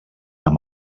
amb